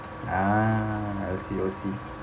ah O_C O_C